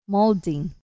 Molding